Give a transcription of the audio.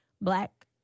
black